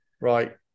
Right